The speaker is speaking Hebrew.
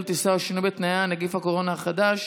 טיסה או שינוי בתנאיה) (נגיף הקורונה החדש,